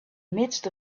midst